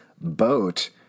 Boat